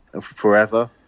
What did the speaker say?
forever